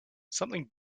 something